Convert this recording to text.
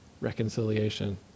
reconciliation